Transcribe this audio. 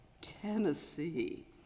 Tennessee